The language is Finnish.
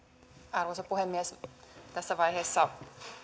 arvoisa puhemies tässä vaiheessa